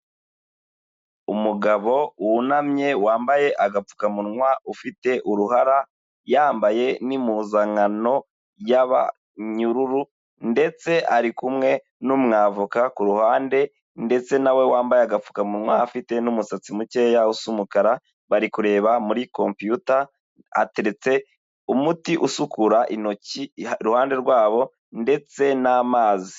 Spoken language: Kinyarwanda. Umugabo wunamye wambaye agapfukamunwa ufite uruhara yambaye n'impuzankano y'abanyururu ndetse ari kumwe n'umwavoka kuruhande ndetse nawe wambaye agapfukamunwa afite n'umusatsi mukeya w'umukara bari kureba muri campiyuta ateretse umuti usukura intoki iruhande rwabo ndetse n'amazi.